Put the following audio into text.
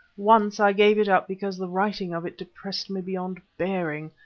once i gave it up because the writing of it depressed me beyond bearing,